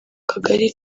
kagari